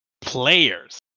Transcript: players